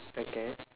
okay